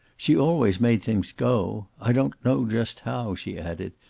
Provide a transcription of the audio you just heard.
she always made things go i don't know just how, she added,